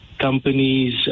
companies